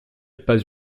pas